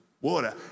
water